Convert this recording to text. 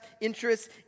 interests